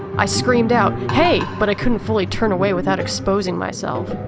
i screamed out, hey! but i couldn't fully turn away without exposing myself.